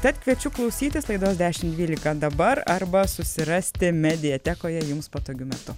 tad kviečiu klausytis laidos dešimt dvylika dabar arba susirasti mediatekoje jums patogiu metu